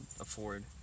afford